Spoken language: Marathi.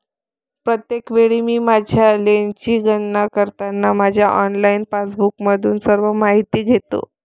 प्रत्येक वेळी मी माझ्या लेनची गणना करताना माझ्या ऑनलाइन पासबुकमधून सर्व माहिती घेतो